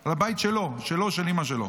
על הבית שלו ושל אימא שלו.